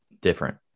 different